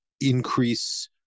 increase